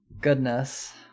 Goodness